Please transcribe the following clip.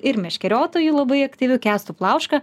ir meškeriotoju labai aktyviu kęstu plauška